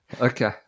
okay